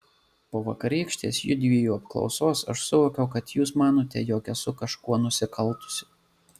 po vakarykštės judviejų apklausos aš suvokiau kad jūs manote jog esu kažkuo nusikaltusi